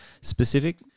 specific